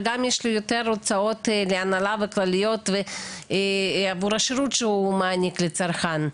וגם יש לו יותר הוצאות להנהלה וכלליות עבור השירות שהוא מעניק לצרכן,